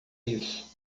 isso